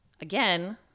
again